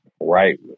Right